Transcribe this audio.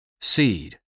Seed